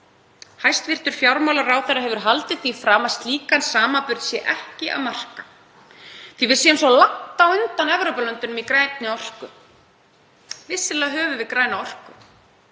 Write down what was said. Hæstv. fjármálaráðherra hefur haldið því fram að slíkan samanburð sé ekki að marka því við séum svo langt á undan Evrópulöndunum í grænni orku. Vissulega höfum við græna orku